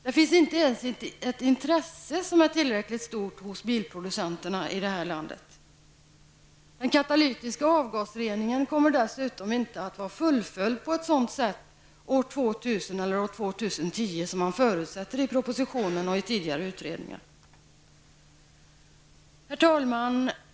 Det finns inte ens tillräckligt stort intresse hos bilproducenterna här i landet. Den katalytiska avgasreningen kommer dessutom inte år 2000 eller 2010 att vara fullföljd på sådant sätt som förutsätts i propositionen och i tidigare utredningar. Herr talman!